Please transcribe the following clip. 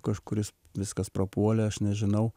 kažkuris viskas prapuolė aš nežinau